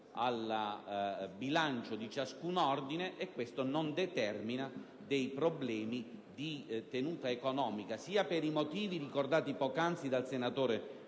al bilancio di ciascun ordine; ciò infatti non determina dei problemi di tenuta economica, sia per i motivi ricordati poc'anzi dal senatore